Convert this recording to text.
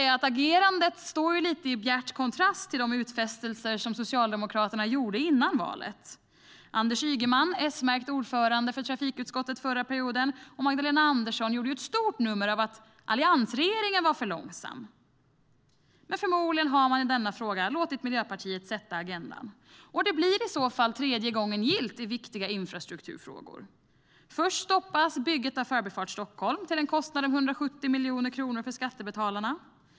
Agerandet står lite i bjärt kontrast till de utfästelser som Socialdemokraterna gjorde före valet. Anders Ygeman, S-märkt ordförande för trafikutskottet under förra perioden, och Magdalena Andersson gjorde ett stort nummer av att alliansregeringen var för långsam. Men förmodligen har man i denna fråga låtit Miljöpartiet sätta agendan. Det blir i så fall tredje gången gillt i viktiga infrastrukturfrågor. Först stoppas bygget av Förbifart Stockholm till en kostnad av 170 miljoner kronor för skattebetalarna.